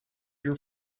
your